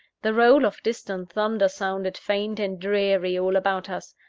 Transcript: the roll of distant thunder sounded faint and dreary all about us.